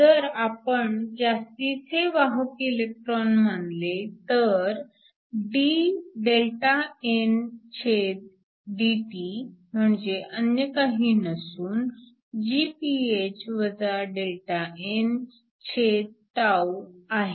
जर आपण जास्तीचे वाहक इलेक्ट्रॉन मानले तर dΔndt म्हणजे अन्य काही नसून Gph Δnआहे